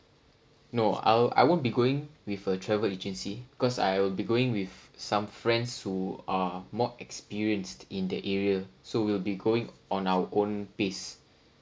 no I'll I won't be going with a travel agency because I'll be going with some friends who are more experienced in that area so we'll be going on our own pace